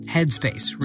Headspace